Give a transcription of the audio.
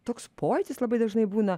toks pojūtis labai dažnai būna